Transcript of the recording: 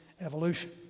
evolution